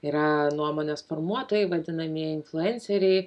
yra nuomonės formuotojai vadinamieji influenceriai